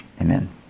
Amen